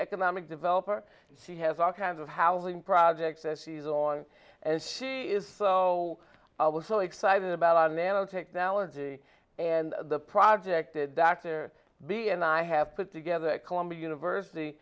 economic developer she has all kinds of housing projects as she's on and she is so i was so excited about our nanotechnology and the project that dr b and i have put together at columbia university